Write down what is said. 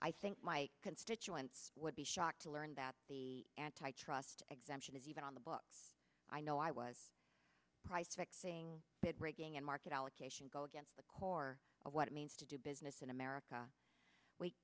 i think my constituents would be shocked to learn that the antitrust exemption is even on the books i know i was price fixing bid rigging and market allocation go against the core of what it means to do business in america we